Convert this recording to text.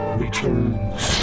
returns